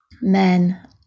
men